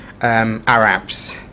Arabs